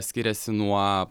skiriasi nuo